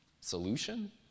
Solution